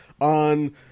on